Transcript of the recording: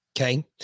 Okay